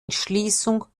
entschließung